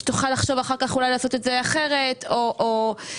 תוכל אחר כך אולי לעשות את זה אחרת או כל